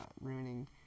ruining